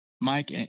Mike